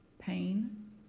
pain